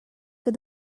kan